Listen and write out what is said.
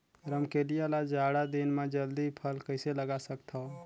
रमकलिया ल जाड़ा दिन म जल्दी फल कइसे लगा सकथव?